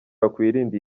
wakwirinda